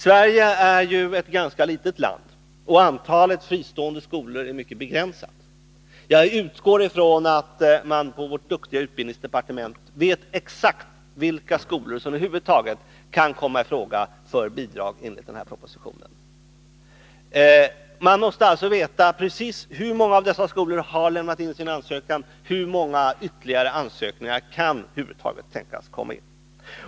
Sverige är ett ganska litet land, och antalet fristående skolor är mycket begränsat. Jag utgår därför från att de duktiga personer som arbetar på utbildningsdepartementet exakt vet vilka skolor som enligt propositionen över huvud taget kan komma i fråga för bidrag. Man måste alltså veta exakt hur många skolor som har lämnat in en ansökan och hur många ytterligare ansökningar som kan tänkas komma in.